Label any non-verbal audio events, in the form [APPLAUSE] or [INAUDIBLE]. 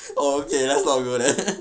[LAUGHS] okay let's not go there [LAUGHS]